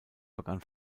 begann